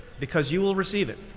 because you will receive it,